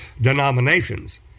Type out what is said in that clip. denominations